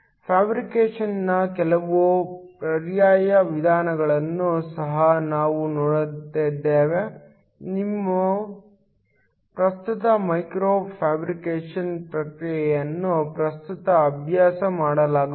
ಫ್ಯಾಬ್ರಿಕೇಶನ್ನ ಕೆಲವು ಪರ್ಯಾಯ ವಿಧಾನಗಳನ್ನು ಸಹ ನಾವು ನೋಡುತ್ತಿದ್ದೇವೆ ನಿಮ್ಮ ಪ್ರಸ್ತುತ ಮೈಕ್ರೋ ಫ್ಯಾಬ್ರಿಕೇಶನ್ ಪ್ರಕ್ರಿಯೆಯನ್ನು ಪ್ರಸ್ತುತ ಅಭ್ಯಾಸ ಮಾಡಲಾಗುತ್ತಿದೆ